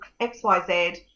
XYZ